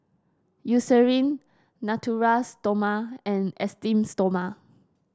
Eucerin Natura Stoma and Esteem Stoma